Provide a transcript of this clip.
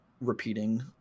repeating